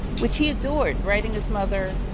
which he adored writing his mother,